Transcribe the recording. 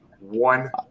One